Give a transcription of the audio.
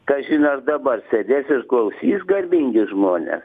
kažin ar dabar sėdės ir klausys garbingi žmonės